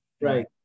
right